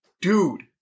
dude